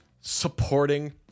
supporting